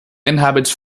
inhabits